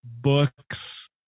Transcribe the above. books